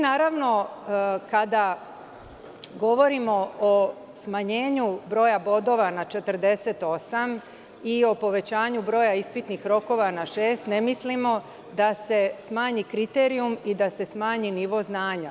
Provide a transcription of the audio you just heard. Naravno, kada govorimo o smanjenju broja bodova na 48 i o povećanju broja ispitnih rokova na šest, ne mislimo da se smanji kriterijum i da se smanji nivo znanja.